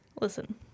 Listen